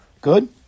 Good